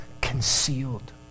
concealed